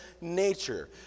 nature